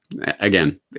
again